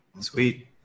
Sweet